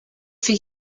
for